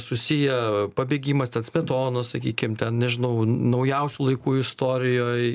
susiję pabėgimas ten smetonos sakykim ten nežinau naujausių laikų istorijoj